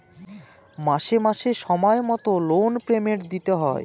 মাসে মাসে সময় মতো লোন পেমেন্ট দিতে হয়